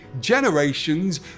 generations